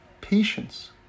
Patience